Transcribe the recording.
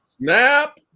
Snap